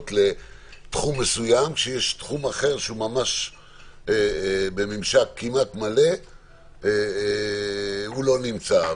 לתחום מסוים שהוא בממשק כמעט מלא והוא לא נמצא,